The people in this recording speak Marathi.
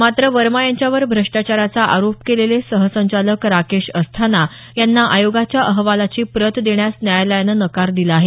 मात्र वर्मा यांच्यावर भ्रष्टाचाराचा आरोप केलेले सहसंचालक राकेश अस्थाना यांना आयोगाच्या अहवालाची प्रत देण्यास न्यायालयानं नकार दिला आहे